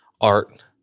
art